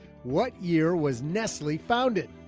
what year was nestle founded?